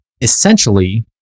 essentially